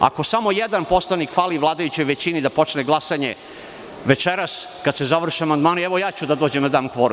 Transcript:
Ako samo jedan poslanik fali vladajućoj većini da počne glasanje, večeras, kada se završe amandmani, ja ću da dođem da dam kvorum.